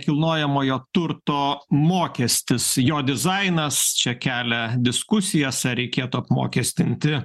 kilnojamojo turto mokestis jo dizainas čia kelia diskusijas ar reikėtų apmokestinti